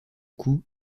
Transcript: coup